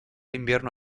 invierno